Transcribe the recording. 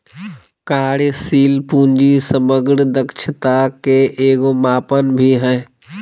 कार्यशील पूंजी समग्र दक्षता के एगो मापन भी हइ